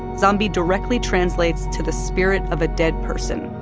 zombie directly translates to the spirit of a dead person.